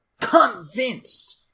Convinced